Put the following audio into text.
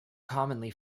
commonly